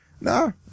No